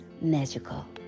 magical